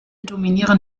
dominieren